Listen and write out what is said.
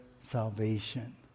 salvation